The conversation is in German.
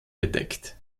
bedeckt